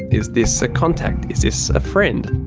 is this a contact? is this a friend?